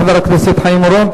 תודה רבה לחבר הכנסת חיים אורון.